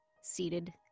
seated